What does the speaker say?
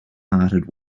hearted